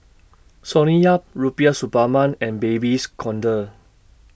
Sonny Yap Rubiah Suparman and Babes Conde